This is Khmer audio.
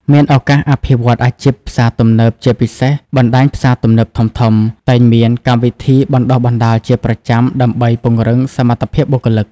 មានឱកាសអភិវឌ្ឍន៍អាជីព ផ្សារទំនើប ជាពិសេសបណ្ដាញផ្សារទំនើបធំៗ តែងមានកម្មវិធីបណ្ដុះបណ្ដាលជាប្រចាំដើម្បីពង្រឹងសមត្ថភាពបុគ្គលិក។